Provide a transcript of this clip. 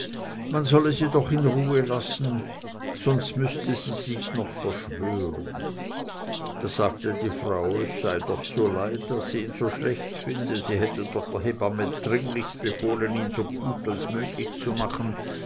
man solle sie doch in ruhe lassen sonst müßte sie sich noch verschwören da sagte die frau es sei ihr doch so leid daß sie ihn so schlecht finde sie hätte doch der hebamme dringlichst befohlen ihn so gut als möglich zu machen